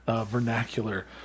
vernacular